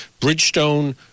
Bridgestone